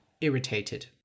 irritated